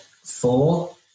Four